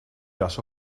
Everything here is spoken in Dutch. jas